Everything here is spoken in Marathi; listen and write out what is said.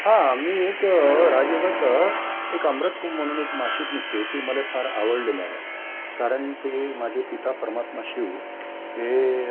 हां मी एक राजयोगाचं एक अमृतकुंभ म्हणून एक मासिक निघते ती मला फार आवडलेला आहे कारण ते माझे पिता परमात्मा शिव हे